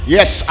Yes